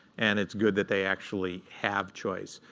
and it's good that they actually have choice.